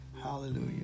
Hallelujah